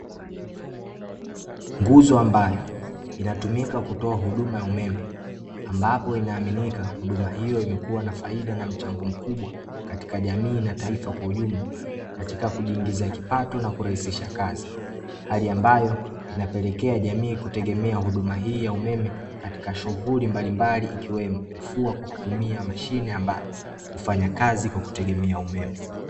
Nguzo ambayo, inatumika kutoa huduma ya umeme, ambapo ina aminika huduma hiyo ni kuwa na faida na mchango mkubwa katika jamii na taifa kwa ujumla, katika kujiingizia kipato na kurahisisha kazi. Hali ambayo ina pelekea jamii kutegemea huduma hii ya umeme katika shughuli mbalimbali, ikiwemo kufua kwa kutumia machine ambayo hufanya kazi kwa kutegemea umeme.